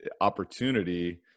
opportunity